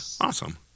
awesome